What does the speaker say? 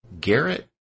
Garrett